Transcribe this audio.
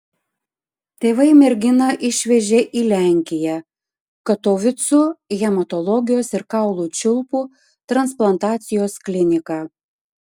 tėvai merginą išvežė į lenkiją katovicų hematologijos ir kaulų čiulpų transplantacijos kliniką